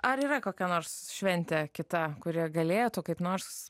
ar yra kokia nors šventė kita kuri galėtų kaip nors